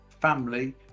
family